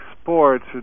sports